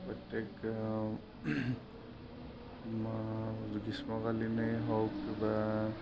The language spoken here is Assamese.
প্ৰত্যেক গ্ৰীষ্মকালীনেই হওক বা